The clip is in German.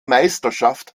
meisterschaft